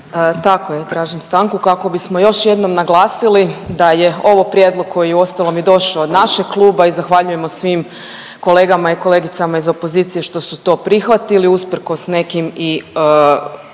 Tako, tražim stanku kako bismo još jednom naglasili da je ovo prijedlog koji je uostalom i došao od našeg kluba i zahvaljujemo svim kolegama i kolegicama iz opozicije što su to prihvatili usprkos nekim i